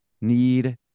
need